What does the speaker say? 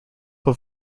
from